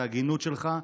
את ההגינות שלך,